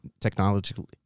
technologically